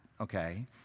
okay